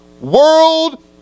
world